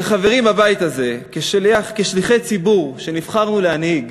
כחברים בבית הזה, כשליחי ציבור שנבחרנו להנהיג,